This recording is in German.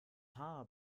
haar